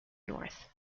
north